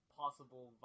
possible